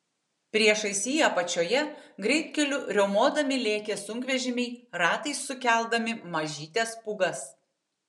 priešais jį apačioje greitkeliu riaumodami lėkė sunkvežimiai ratais sukeldami mažytes pūgas